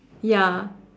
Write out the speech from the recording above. ya